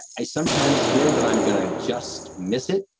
i sometimes fear that i'm going to just miss it.